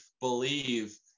believe